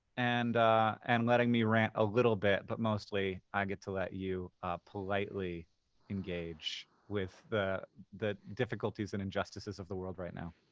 and and letting me rant a little bit, but mostly i get to let you politely engage with the the difficulties and injustices of the world right now.